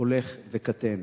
הולך וקטן.